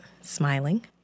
smiling